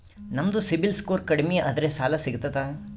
ನಮ್ದು CIBIL score ಕಡಿಮಿ ಅದರಿ ಸಾಲಾ ಸಿಗ್ತದ?